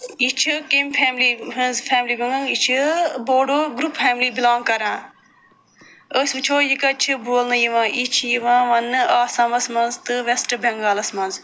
یہِ چھِ کَمہِ فیملی ہٕنٛز فیملی یہِ چھِ بوڈو گرُپ فیملی بِلانگ کَران أسۍ وٕچھو یہِ کَتہِ چھِ بولہٕ یِوان یہِ چھِ یِوان ونٛنہٕ آسامس منٛز تہٕ وٮ۪سٹ بٮ۪نگالس منٛز